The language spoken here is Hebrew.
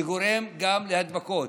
שגורם גם להדבקות?